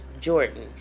Jordan